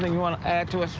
want to act to